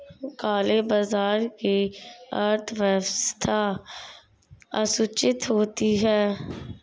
काले बाजार की अर्थव्यवस्था असूचित होती है